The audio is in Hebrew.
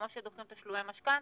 כמו שדוחים תשלומי משכנתא,